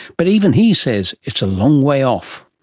but even he says it's a long way off.